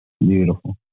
Beautiful